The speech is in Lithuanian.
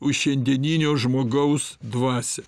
už šiandieninio žmogaus dvasią